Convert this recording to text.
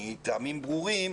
מטעמים ברורים,